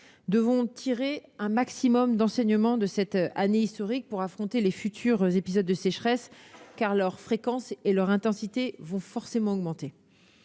devons tirer un maximum d'enseignements de cette année historique pour affronter les futurs épisodes de sécheresse, car leur fréquence et leur intensité vont forcément augmenter.